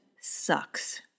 sucks